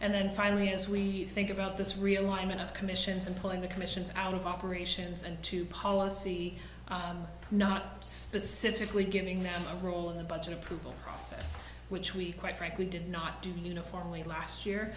and then finally as we think about this realignment of commissions and pulling the commissions out of operations and to policy not specifically giving them a role in the budget approval process which we quite frankly did not do uniformly last year